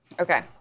Okay